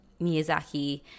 Miyazaki